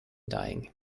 dying